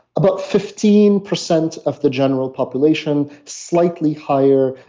about fifteen percent of the general population, slightly higher.